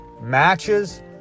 matches